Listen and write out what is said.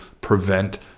prevent